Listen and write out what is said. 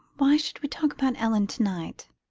why should we talk about ellen tonight?